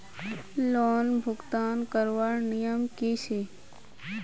Loan भुगतान करवार नियम की छे?